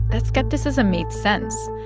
that skepticism made sense.